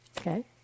okay